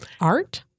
Art